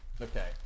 Okay